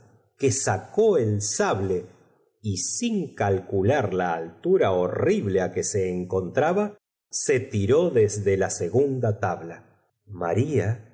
que sacó el sable y sin calcular la altura horrible á que se encontaba se tiró desde la segunda abla maria